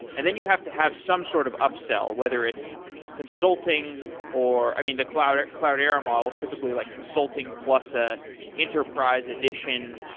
and then you have to have some sort of up-sell, whether it's consulting or i mean the cloudera cloudera model is typically like consulting plus ah enterprise edition.